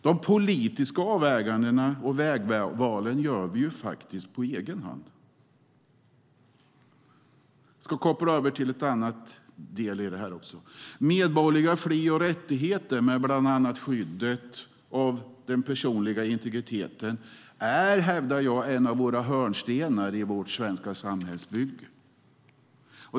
De politiska avvägandena och vägvalen gör vi på egen hand. Medborgerliga fri och rättigheter med bland annat skyddet för den personliga integriteten är, hävdar jag, en av hörnstenarna i vårt svenska samhällsbygge.